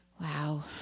Wow